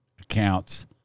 accounts